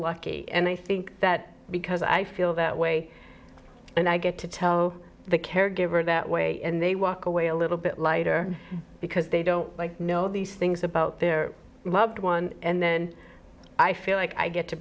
lucky and i think that because i feel that way and i get to tell the caregiver that way and they walk away a little bit lighter because they don't know these things about their loved one and then i feel like i get to